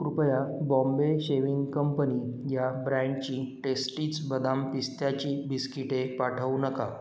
कृपया Bombay shaving company या ब्रँडची टेस्टीज् बदाम पिस्त्याची बिस्किटे पाठवू नका